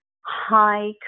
hi